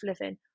living